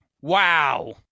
Wow